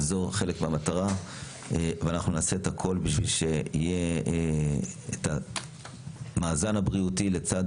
זה חלק מהמטרה ואנחנו נעשה את הכול בשביל שיהיה את המאזן הבריאותי לצד